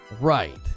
Right